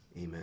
Amen